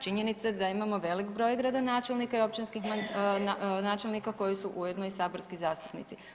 Činjenica da imamo velik broj gradonačelnika i općinskih načelnika koji su ujedno i saborski zastupnici.